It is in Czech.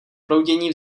proudění